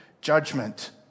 Judgment